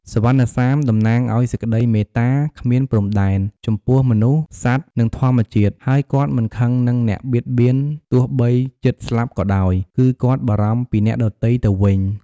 សុវណ្ណសាមតំណាងឱ្យសេចក្ដីមេត្តាគ្មានព្រំដែន ចំពោះមនុស្ស សត្វ និងធម្មជាតិ ហើយ គាត់មិនខឹងនឹងអ្នកបៀតបៀន ទោះបីជិតស្លាប់ក៏ដោយ គឺគាត់បារម្ភពីអ្នកដទៃ ទៅវិញ។